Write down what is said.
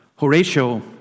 Horatio